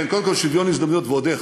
כן, קודם כול שוויון הזדמנויות, ועוד איך.